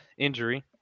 injury